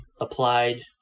applied